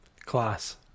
Class